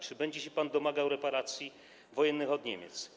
Czy będzie się pan domagał reparacji wojennych od Niemiec?